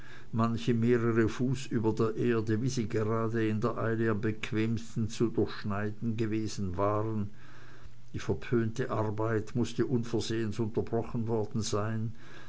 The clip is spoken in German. mehrere fuß über der erde wie sie gerade in der eile am bequemsten zu durchschneiden gewesen waren die verpönte arbeit mußte unversehens unterbrochen worden sein